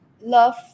love